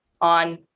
on